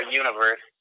universe